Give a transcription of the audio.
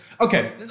okay